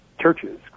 churches